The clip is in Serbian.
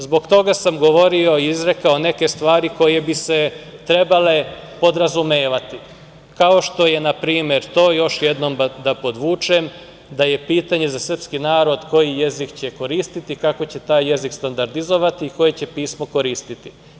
Zbog toga sam govorio i izrekao neke stvari koje bi se trebale podrazumevati, kao što je na primer, to još jednom da podvučem, da je pitanje za srpski narod koji jezik će koristiti, kako će taj jezik standardizovati i koje će pismo koristiti.